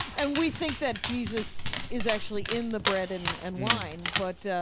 and we think that jesus is actually in the bread and and wine, but ah,